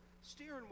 steering